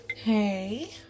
Hey